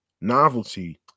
novelty